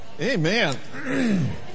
Amen